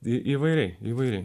ji įvairiai įvairi